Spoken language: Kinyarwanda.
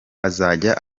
azajya